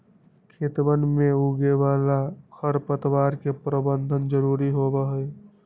खेतवन में उगे वाला खरपतवार के प्रबंधन जरूरी होबा हई